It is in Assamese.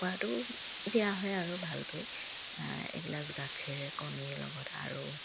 খোৱাটো দিয়া হয় আৰু ভালকৈ এগিলাচ গাখীৰ কণীৰ লগত আৰু